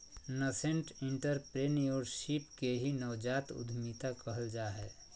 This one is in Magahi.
नसेंट एंटरप्रेन्योरशिप के ही नवजात उद्यमिता कहल जा हय